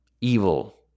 evil